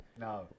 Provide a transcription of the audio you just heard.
No